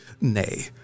Nay